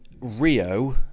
Rio